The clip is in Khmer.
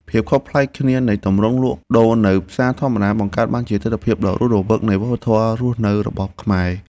ភាពខុសប្លែកគ្នានៃទម្រង់លក់ដូរនៅផ្សារធម្មតាបង្កើតបានជាទិដ្ឋភាពដ៏រស់រវើកនៃវប្បធម៌រស់នៅរបស់ខ្មែរ។